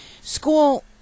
school